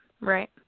Right